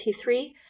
T3